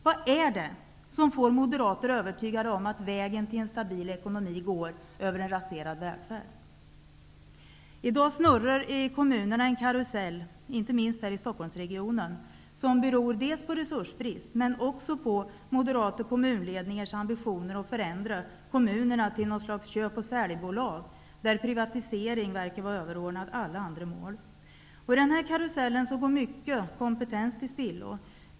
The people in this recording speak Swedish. Vad är det som får moderater att bli övertygade om att vägen till en stabil ekonomi går över en ra serad välfärd? I dag snurrar i kommunerna -- inte minst i Stockholmsregionen -- en karusell som beror på dels resursbrist, dels moderata kommunledning ars ambitioner att förändra kommunerna till ett slags ''köp och sälj''-bolag. Privatiseringen verkar vara överordnad alla andra mål. I den här karusellen går mycket kompetens till spillo.